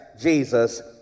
Jesus